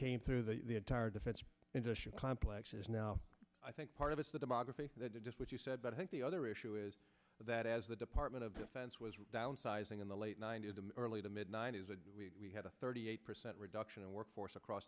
came through the entire defense industry complexes now i think part of it's the demography that is just what you said but i think the other issue is that as the department of defense was downsizing in the late ninety's early to mid ninety's we had a thirty eight percent reduction in workforce across